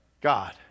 God